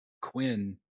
Quinn